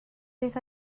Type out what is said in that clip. beth